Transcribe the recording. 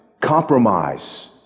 compromise